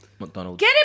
McDonald's